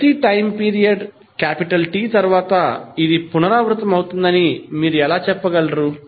ప్రతి time period capital T తర్వాత ఇది పునరావృతమవుతుందని మీరు ఎలా చెప్పగలరు